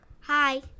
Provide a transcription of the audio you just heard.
Hi